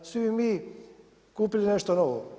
Svi bi mi kupili nešto novo.